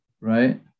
Right